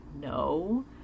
no